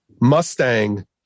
Mustang